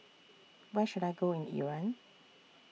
Where should I Go in Iran